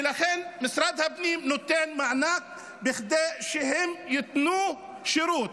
ולכן משרד הפנים נותן מענק כדי שהם ייתנו שירות.